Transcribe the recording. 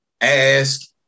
ask